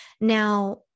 Now